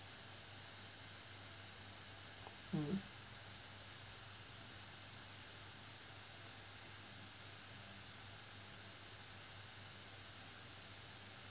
mm